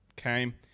Okay